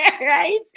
right